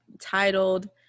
titled